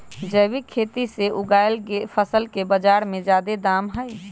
जैविक खेती से उगायल फसल के बाजार में जादे दाम हई